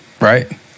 right